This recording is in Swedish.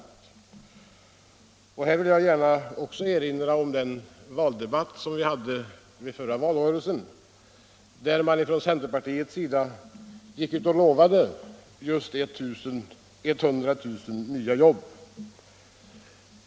I det sammanhanget vill jag gärna erinra om den debatt som fördes under förra valrörelsen, där man från centerpartiets sida gick ut och lovade just 100 000 nya jobb.